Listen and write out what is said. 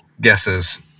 guesses